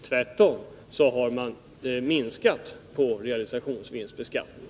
Tvärtom har man minskat på realisationsvinstbeskattningen.